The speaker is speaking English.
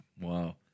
Wow